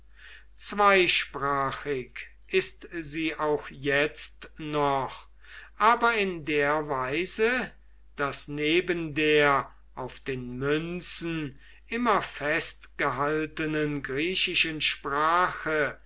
zweisprachig ist sie auch jetzt noch aber in der weise daß neben der auf den münzen immer festgehaltenen griechischen sprache